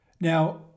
Now